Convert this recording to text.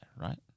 right